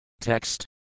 Text